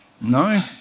No